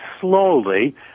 slowly